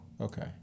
okay